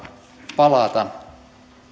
palata